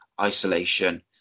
isolation